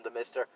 Mr